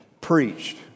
preached